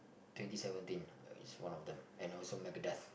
twenty seventeen is one of them and also Megadeth